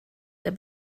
der